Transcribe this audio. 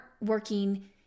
working